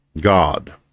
God